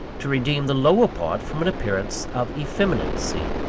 to redeem the lower part from an appearance of effeminacy,